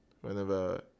whenever